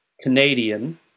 Canadian